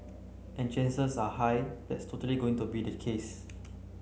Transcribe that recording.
and chances are high that's totally going to be the case